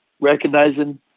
recognizing